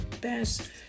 best